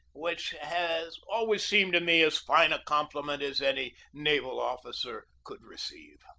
which has always seemed to me as fine a compliment as any naval officer could receive.